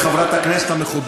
חבר הכנסת אורן אסף חזן.